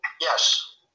Yes